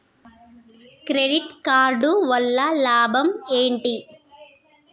Credit card వల్ల లాభం ఏంటి?